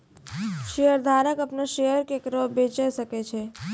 शेयरधारक अपनो शेयर केकरो बेचे सकै छै